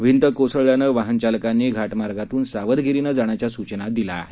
भिंत कोसळल्यानं वाहन चालकांनी घाटमार्गातून सावधगिरीनं जाण्याच्या सूचना दिल्या आहेत